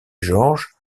georges